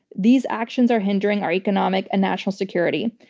these actions are hindering our economic and national security.